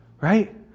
right